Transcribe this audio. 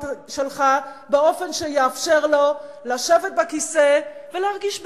שלך באופן שיאפשר לו לשבת בכיסא ולהרגיש בנוח.